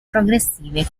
progressive